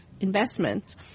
investments